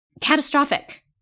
catastrophic